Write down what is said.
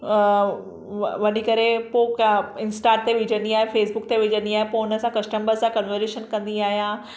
व वञी करे पोइ इंस्टा ते विझंदी आहियां फेसबूक ते विझंदी आहियां पोइ उनसां कस्टमर सां कन्वर्जेशन कंदी आहियां